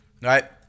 Right